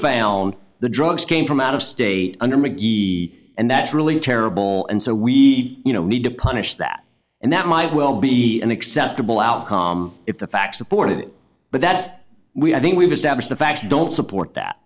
on the drugs came from out of state under mcghee and that's really terrible and so we need to punish that and that might well be an acceptable outcome if the facts support it but that we i think we've established the facts don't support that